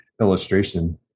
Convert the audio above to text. illustration